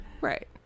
Right